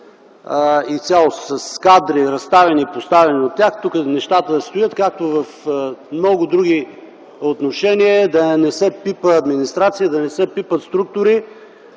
изцяло с кадри, разставени, поставени от тях. Тук нещата стоят, както и на много други нива – да не се пипа администрация, да не се пипат структури,